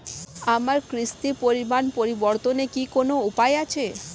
আমার কিস্তির পরিমাণ পরিবর্তনের কি কোনো উপায় আছে?